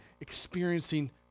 experiencing